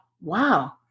wow